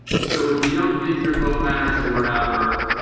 so if you don't think your vote matters, or whatever,